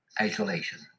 isolation